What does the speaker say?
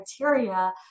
criteria